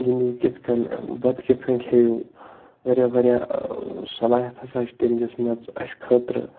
گِنٛدِو کِتھ کٔنۍ بَتہٕ کِتھ کٔنۍ کھیٚیِو واریاہ واریاہ صلاحیت ہَسا چھِ تٔمۍ دِژمَژٕ اَسہِ خٲطرٕ